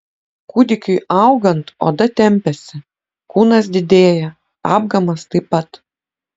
kūdikiui augant oda tempiasi kūnas didėja apgamas taip pat